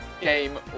game